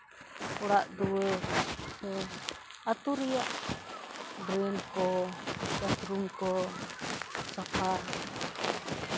ᱚᱲᱟᱜ ᱫᱩᱣᱟᱹᱨ ᱟᱛᱳ ᱨᱮᱭᱟᱜ ᱰᱨᱮᱱ ᱠᱚ ᱵᱟᱛᱷᱨᱩᱢ ᱠᱚ ᱥᱟᱯᱷᱟ